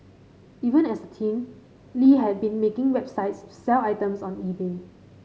even as a teen Lie had been making websites to sell items on eBay